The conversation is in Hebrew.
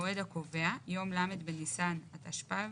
1, המועד הקובע יום ל' בניסן התשפ"ב,